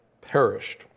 perished